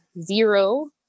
zero